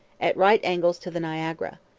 at right angles to the niagara.